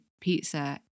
pizza